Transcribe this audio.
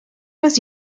was